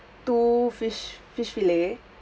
two fish fish filet